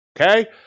Okay